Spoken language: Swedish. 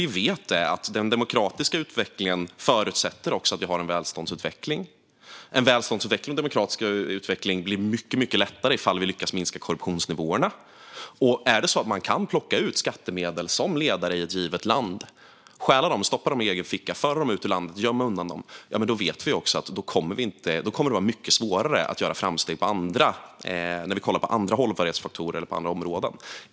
Vi vet att den demokratiska utvecklingen förutsätter att det sker en välståndsutveckling. En välståndsutveckling och en demokratisk utveckling blir mycket lättare om vi lyckas minska korruptionen. Om man som ledare i något land kan plocka ut skattemedel, stjäla dem, stoppa dem i egen ficka, föra ut dem ur landet och gömma undan dem vet vi att det blir mycket svårare att göra framsteg inom andra hållbarhetsfaktorer och andra områden.